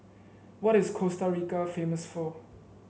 what is Costa Rica famous for